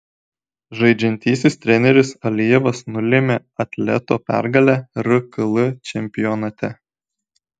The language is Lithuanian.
žaidžiantysis treneris alijevas nulėmė atleto pergalę rkl čempionate